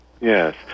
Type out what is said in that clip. yes